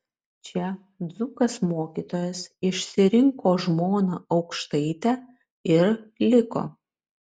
čia dzūkas mokytojas išsirinko žmoną aukštaitę ir liko